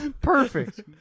Perfect